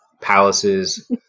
palaces